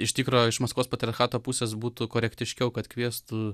iš tikro iš maskvos patriarchato pusės būtų korektiškiau kad kviestų